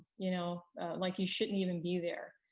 you know like you shouldn't even be there.